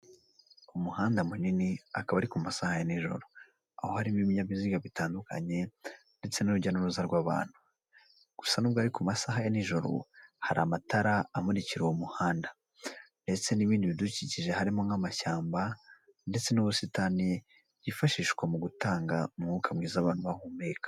Umuhanda munini, akaba ari ku masaha ya nijoro. Aho harimo ibinyabiziga bitandukanye ndetse n'urujya n'uruza rw'abantu. Gusa nubwo ari ku masaha ya nijoro, hari amatara amurikira uwo muhanda ndetse n'ibindi bidukikije harimo nk'amashyamba ndetse n'ubusitani byifashishwa mu gutanga umwuka mwiza abantu bahumeka.